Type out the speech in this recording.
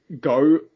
go